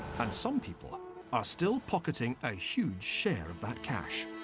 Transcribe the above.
and some people are still pocketing a huge share of that cash.